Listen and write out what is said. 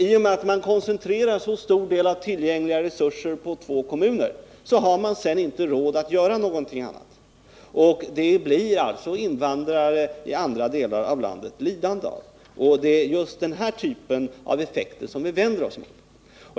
I och med att man koncentrerar så stor del av tillgängliga resurser på två kommuner har man sedan inte råd att göra något annat. Det blir invandrare i dessa andra delar av landet lidande på. Det är just den typen av effekter som vi vänder oss emot.